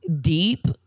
deep